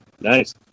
Nice